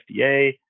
FDA